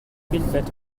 билбэт